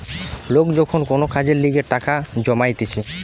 লোক যখন কোন কাজের লিগে টাকা জমাইতিছে